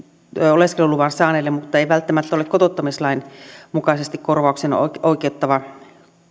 oleskeluluvan saaneelle mutta se ei välttämättä ole kotouttamislain mukaisesti korvaukseen oikeuttava